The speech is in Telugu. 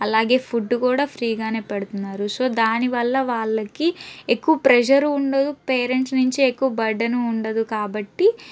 అలాగే ఫుడ్ కూడా ఫ్రీగానే పెడతున్నారు సో దానివల్ల వాళ్ళకి ఎక్కువ ప్రెజరు ఉండదు పేరెంట్స్ నుంచి ఎక్కువ బర్డెను ఉండదు కాబట్టి